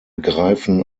greifen